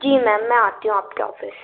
जी ma'am मैं आती हूँ आपके ऑफ़िस